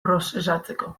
prozesatzeko